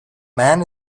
man